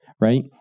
right